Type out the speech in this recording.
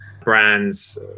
brands